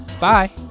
bye